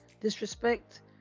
disrespect